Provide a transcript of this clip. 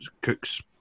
cooks